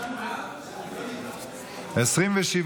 לוועדה שתקבע ועדת הכנסת נתקבלה.